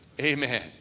Amen